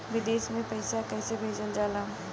विदेश में पैसा कैसे भेजल जाला?